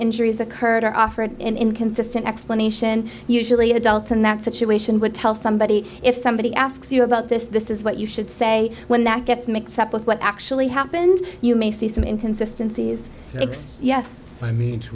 injuries occurred or offered an inconsistent explanation usually an adult in that situation would tell somebody if somebody asks you about this this is what you should say when that gets mixed up with what actually happened you may see some inconsistency if x yeah i mean